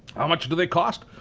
how much do they cost?